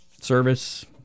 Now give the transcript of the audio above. service